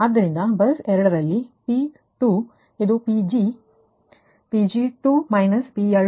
ಆದ್ದರಿಂದ ಬಸ್ 2 ನಲ್ಲಿ ನಿಮ್ಮ PP2 ಇದು P g P g2 P L2 ಆಗಿರುತ್ತದೆ